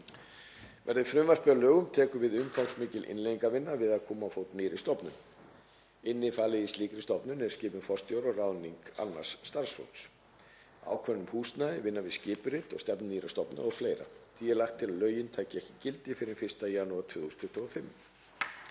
Verði frumvarpið að lögum tekur við umfangsmikil innleiðingarvinna við að koma á fót nýrri stofnun. Innifalið í slíkri vinnu er skipun forstjóra og ráðning annars starfsfólks, ákvörðun um húsnæði, vinna við skipurit og stefnu nýrrar stofnunar o.fl. Því er lagt til að lögin taki ekki gildi fyrr en 1. janúar 2025.